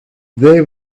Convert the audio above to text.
they